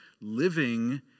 living